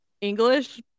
English